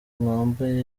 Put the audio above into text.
mwambaye